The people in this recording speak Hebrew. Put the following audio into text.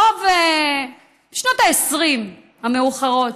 בשנות ה-20 המאוחרות,